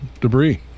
debris